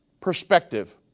perspective